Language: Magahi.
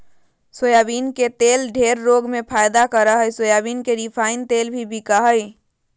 सोयाबीन के तेल ढेर रोग में फायदा करा हइ सोयाबीन के रिफाइन तेल भी बिका हइ